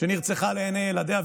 שנרצחה לעיני ילדיה,